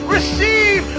Receive